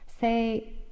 say